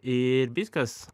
ir viskas